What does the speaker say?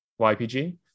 YPG